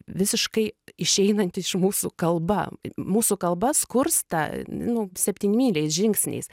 visiškai išeinanti iš mūsų kalba mūsų kalba skursta nu septynmyliais žingsniais